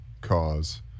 cause